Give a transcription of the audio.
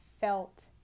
felt